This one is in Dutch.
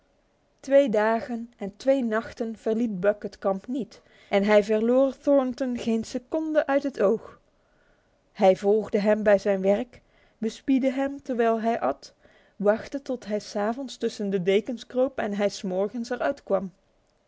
twee dagen en twee nachten verliet buck het kamp niet en hij verloor thornton geen seconde uit het oog hij volgde hem bij zijn werk bespiedde hem terwijl hij at wachtte tot hij s avonds tussen de dekens kroop en s morgens er uit kwam